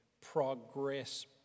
progress